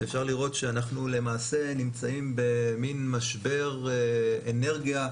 ואפשר לראות שאנחנו למעשה נמצאים במן משבר אנרגיה.